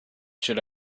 should